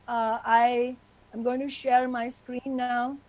i am going to share my screen now.